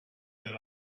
that